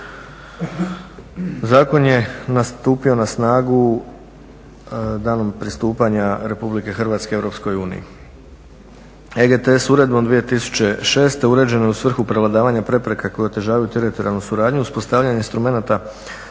Zakon je stupio na snagu danom pristupanja Republike Hrvatske Europskoj uniji. EGTS uredbom 2996. uređenoj u svrhu prevladavanja prepreka koje otežavaju teritorijalnu suradnju, uspostavljanje instrumenta